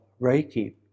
Reiki